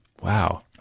Wow